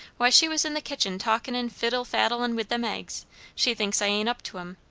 why, she was in the kitchen talkin' and fiddle-faddlin' with them eggs she thinks i ain't up to em.